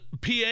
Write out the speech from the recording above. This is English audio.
PA